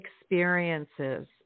experiences